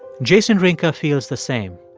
jason rinka feels the same,